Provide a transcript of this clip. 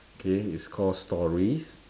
okay it's called stories